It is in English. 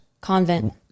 Convent